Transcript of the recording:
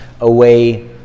away